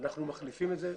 אנחנו מחליפים את זה.